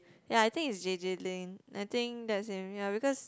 ya I think is J_J-Lin I think that's same ya because